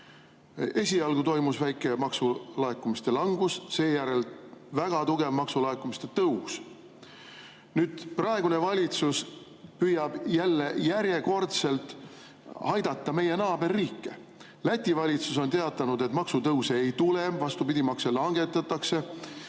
Esialgu toimus väike maksulaekumiste langus, seejärel väga tugev maksulaekumiste tõus. Nüüd, praegune valitsus püüab järjekordselt aidata meie naaberriike. Läti valitsus on teatanud, et maksutõuse ei tule, vastupidi, makse langetatakse.